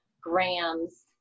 grams